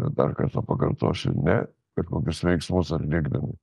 dar kartą pakartosiu ne bet kokius veiksmus atlikdami